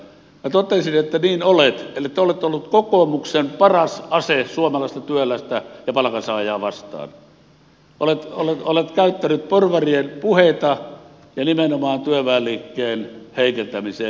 minä totesin että niin olette eli te olette ollut kokoomuksen paras ase suomalaista työläistä ja palkansaajaa vastaan olette käyttänyt porvarien puheita ja nimenomaan työväenliikkeen heikentämiseen